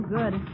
good